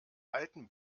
alten